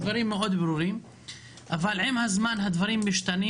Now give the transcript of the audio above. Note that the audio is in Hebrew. הדברים מאוד ברורים אבל עם הזמן הדברים משתנים